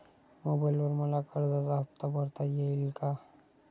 मोबाइलवर मला कर्जाचा हफ्ता भरता येईल का?